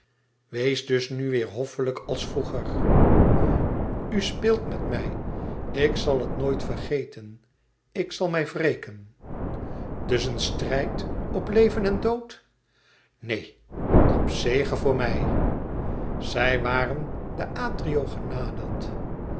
wees dus nu weêr hoffelijk als vroeger u speelt met mij ik zal het nooit vergeten ik zal mij wreken us een strijd op leven en dood neen op zege voor mij zij waren de atrio genaderd